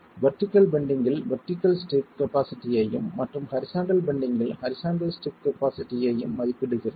vertical பெண்டிங்கில் vertical strip கப்பாசிட்டியையும் மற்றும் ஹரிசாண்டல் பெண்டிங்கில் ஹரிசாண்டல் ஸ்ட்ரிப் கப்பாசிட்டியையும் மதிப்பிடுகிறது